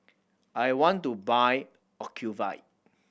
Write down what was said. I want to buy Ocuvite